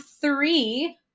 three